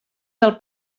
del